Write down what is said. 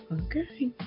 Okay